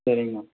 சரிங்கம்மா